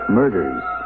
murders